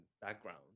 background